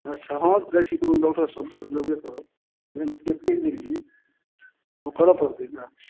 अच्छा हँ जाइ छी कोनो डॉकटरसँ सम्पर्क लेबे अपनेँ कहि देलिए तऽ ओ करऽ पड़तै ने